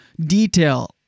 detail